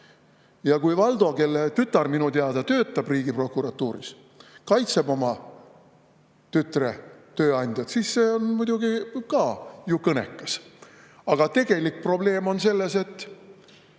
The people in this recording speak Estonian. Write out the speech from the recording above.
Kui Valdo, kelle tütar minu teada töötab Riigiprokuratuuris, kaitseb oma tütre tööandjaid, siis see on muidugi ka ju kõnekas. Aga tegelik probleem on selles, et